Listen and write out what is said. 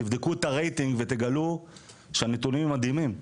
תבדקו את הרייטינג ותגלו שהנתונים הם מדהימים.